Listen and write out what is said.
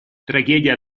трагедия